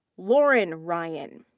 lauren ryan.